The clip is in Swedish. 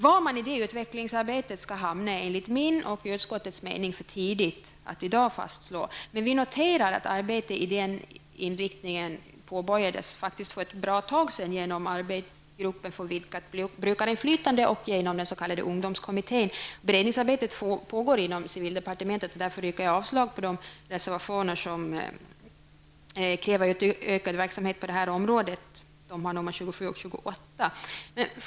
Var man i det utvecklingsarbetet skall hamna är enligt min och utskottets mening för tidigt att i dag fastslå, men vi noterar att arbete i den riktningen påbörjades för ett bra tag sedan genom arbetsgruppen för vidgat brukarinflytande och genom den s.k. ungdomskommittén. Dessutom pågår det ett beredningsarbete inom civildepartementet. Jag yrkar därför avslag på de reservationer där det krävs utökad verksamhet på detta område, reservationerna 27 och 28.